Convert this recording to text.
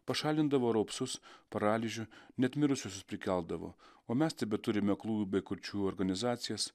pašalindavo raupsus paralyžių net mirusiuosius prikeldavo o mes tebeturime aklųjų bei kurčiųjų organizacijas